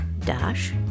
Dash